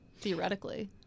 theoretically